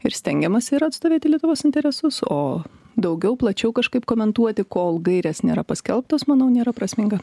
ir stengiamasi yra atstovėti lietuvos interesus o daugiau plačiau kažkaip komentuoti kol gairės nėra paskelbtos manau nėra prasminga